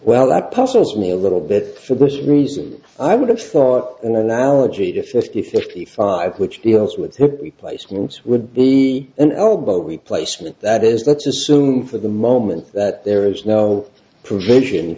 that puzzles me a little bit for this reason i would have thought an analogy to fifty fifty five which deals with hip replacements would be an elbow replacement that is let's assume for the moment that there is no provision